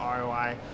ROI